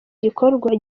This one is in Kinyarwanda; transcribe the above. gikorwa